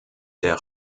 der